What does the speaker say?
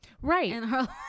Right